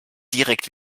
direkt